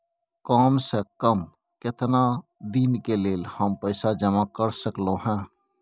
काम से कम केतना दिन के लेल हम पैसा जमा कर सकलौं हैं?